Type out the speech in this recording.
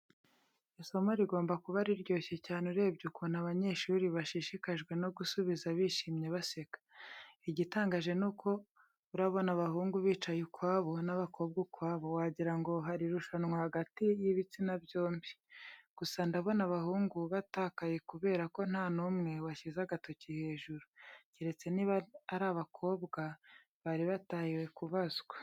Isomo rigomba kuba riryoshye cyane urebye ukuntu abanyeshuri bashishikajwe no gusubiza bishimye baseka. Igitangaje ni uko urabona abahungu bicaye ukwabo, n'abakobwa ukwabo. Wagira ngo hari irushanwa hagati y'ibitsina byombi. Gusa ndabona abahungu batakaye kubera ko nta n'umwe washyize agatoki hejuru. Keretse niba ari abakobwa bari batahiwe kubazwa.